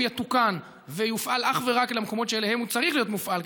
יתוקן ויופעל אך ורק במקומות שאליהם הוא צריך להיות מופעל,